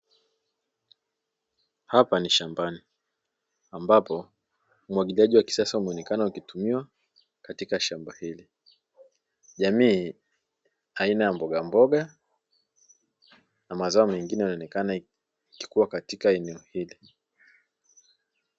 Hapa nishambani, ambapo umwagiliaji wa kisasa huonekana ukitumiwa katika shamba hili. Jamii aina ya mbogamboga na mazao mengine yanaonekana yakikua katika eneo hili.